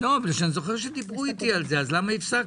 אני זוכר שדיברו איתי על זה אז למה הפסקתם?